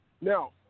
Now